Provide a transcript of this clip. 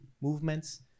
movements